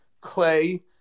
Clay